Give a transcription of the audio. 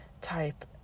type